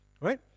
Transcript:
right